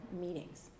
meetings